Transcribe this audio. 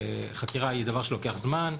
חקירה היא דבר שלוקח זמן,